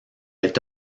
est